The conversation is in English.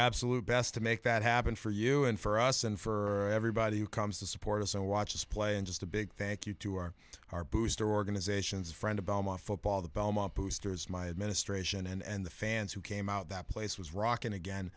absolute best to make that happen for you and for us and for everybody who comes to support us and watch us play and just a big thank you to our our booster organizations friend of football the belmont boosters my administration and the fans who came out that place was rockin again